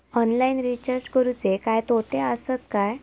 Online recharge करुचे काय तोटे आसत काय?